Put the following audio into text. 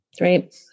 Right